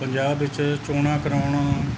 ਪੰਜਾਬ ਵਿੱਚ ਚੋਣਾਂ ਕਰਾਉਣ